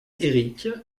éric